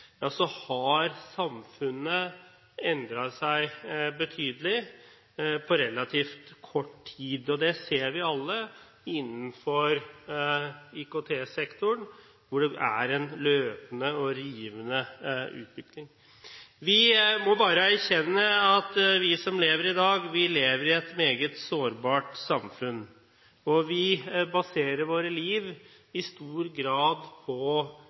har endret seg betydelig på relativt kort tid. Det ser vi alle innenfor IKT-sektoren, hvor det er en løpende og rivende utvikling. Vi må bare erkjenne at vi som lever i dag, lever i et meget sårbart samfunn, og vi baserer i stor grad våre liv på en kritisk infrastruktur hvor forholdsvis små brudd kan medføre stor